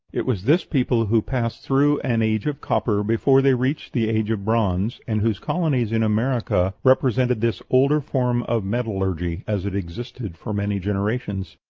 it was this people who passed through an age of copper before they reached the age of bronze, and whose colonies in america represented this older form of metallurgy as it existed for many generations.